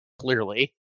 clearly